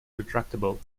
retractable